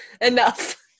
enough